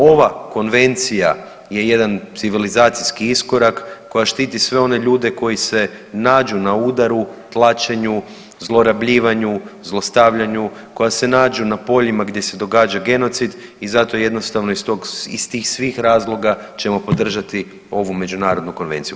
Ova Konvencija je jedan civilizacijski iskorak, koja štiti sve one ljude koji se nađu na udaru, tlačenju, zlorabljivanju, zlostavljanju, koja se nađu na poljima gdje se događa genocid i zato jednostavno iz tih svih razloga ćemo podržati ovu Međunarodnu konvenciju.